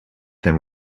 than